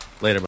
Later